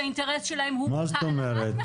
שהאינטרס שלהם הוא העלאת מחירי הדירות.